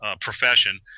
profession